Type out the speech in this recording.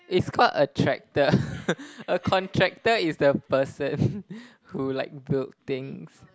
it's called a tractor a contractor is the person who like build things